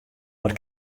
wat